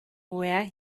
where